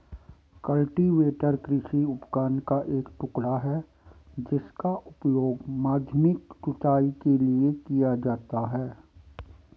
cultivator कृषि उपकरण का एक टुकड़ा है जिसका उपयोग माध्यमिक जुताई के लिए किया जाता है